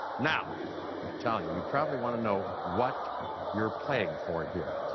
now talia, you probably want to know what you are playing for here.